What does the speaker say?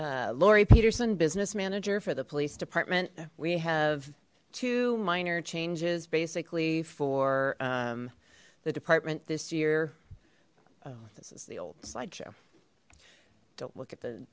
lauri peterson business manager for the police department we have two minor changes basically for the department this year this is the old slide show don't look at